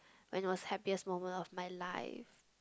when was happiest moment of my life